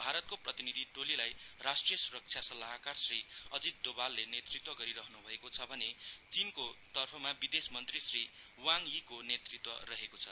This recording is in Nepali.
भारतको प्रतिनिधि टोलीलाई राष्ट्रिय स्रक्षा सल्लाहकार श्री अजित डोभालले नेतृत्व गरिरहन् भएको छ भने चीनको तर्फमा विदेश मन्त्री श्री वाङ यीको नेतृत्व रहेको छ